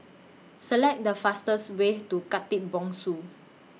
Select The fastest Way to Khatib Bongsu